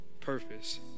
purpose